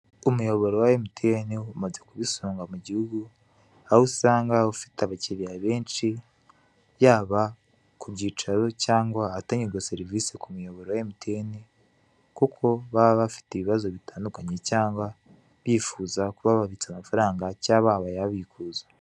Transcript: Umuyoboro wa MTN umaze kuba isonga mu gihugu, aho usanga ufite abakiriya benshi yaba ku byicaro cyangwa ahatangirwa serivise ku miyoboro wa MTN kuko baba bafite ibibazo bitandukanye cyangwa bifuza kuba babitsa amafaranga cyangwa bayabikuza.